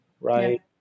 right